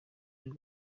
y’u